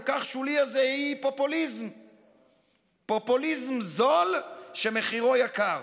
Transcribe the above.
כל כך הזה הם פופוליזם זול שמחירו יקר,